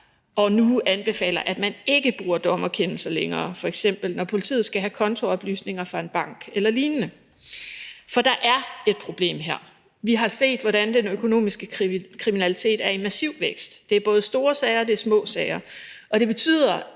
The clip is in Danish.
og nu anbefaler, at man ikke bruger dommerkendelse længere, f.eks. når politiet skal have kontooplysninger fra en bank eller lignende. For der er et problem her. Vi har set, hvordan den økonomiske kriminalitet er i massiv vækst. Det er både store sager og det er små sager, og det betyder,